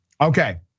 Okay